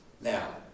Now